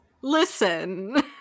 Listen